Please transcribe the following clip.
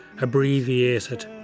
abbreviated